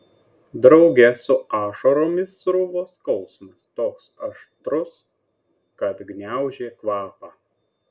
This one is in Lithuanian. drauge su ašaromis sruvo skausmas toks aštrus kad gniaužė kvapą